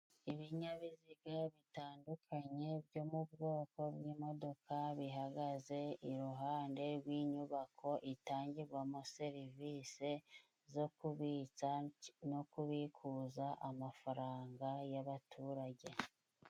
Ibinyabiziga bitandukanye byo mu bwoko bw'imodoka bihagaze iruhande rw'inyubako itangigwamo serivise zo kubitsa no kubikuza amafaranga y'abaturage.